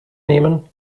nehmen